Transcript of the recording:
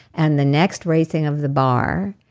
and the next raising of the bar,